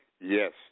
Yes